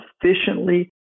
efficiently